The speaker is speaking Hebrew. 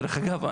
דרך אגב,